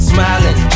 Smiling